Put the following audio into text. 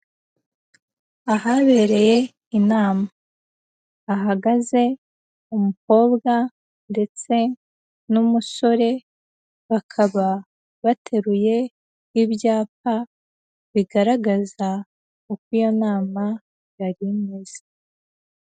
Ahabereye inama, hahagaze umukobwa ndetse n'umusore, bakaba bateruye ibyapa, bigaragaza uko iyo nama yari imeze.